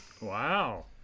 Wow